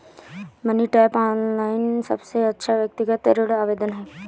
money tap, online सबसे अच्छा व्यक्तिगत ऋण आवेदन है